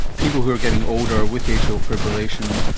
people who are getting older, with atrial fibrillation,